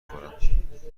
خورم